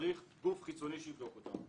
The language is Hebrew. צריך גוף חיצוני שיבדוק אותו.